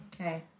Okay